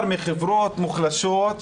מקבוצות מוחלשות,